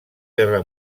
guerra